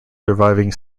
surviving